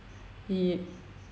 ye~